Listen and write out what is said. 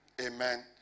Amen